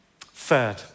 Third